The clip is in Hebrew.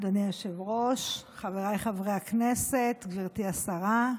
אדוני היושב-ראש, חבריי חברי הכנסת, גברתי השרה,